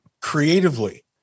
creatively